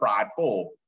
prideful